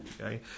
Okay